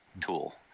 tool